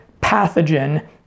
pathogen